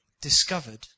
discovered